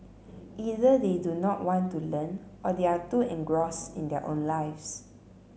either they do not want to learn or they are too engrossed in their own lives